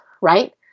right